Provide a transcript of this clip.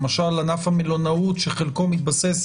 למשל ענף המלונאות שחלקו מתבסס